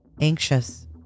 Anxious